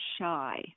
shy